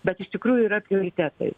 bet iš tikrųjų yra prioritetai